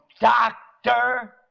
doctor